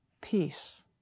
peace